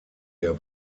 der